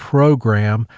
Program